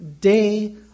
day